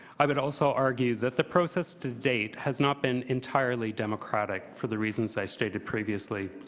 i would also argue that the process to date has not been entirely democratic for the reasons i stated previously.